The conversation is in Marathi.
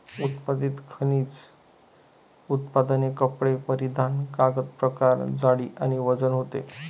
उत्पादित खनिज उत्पादने कपडे परिधान कागद प्रकार जाडी आणि वजन होते